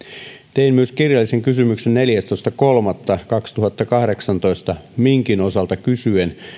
tein myös kirjallisen kysymyksen neljästoista kolmatta kaksituhattakahdeksantoista minkin osalta kysyen